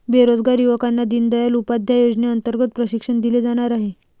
बेरोजगार युवकांना दीनदयाल उपाध्याय योजनेअंतर्गत प्रशिक्षण दिले जाणार आहे